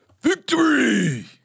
Victory